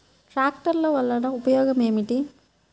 ట్రాక్టర్లు వల్లన ఉపయోగం ఏమిటీ?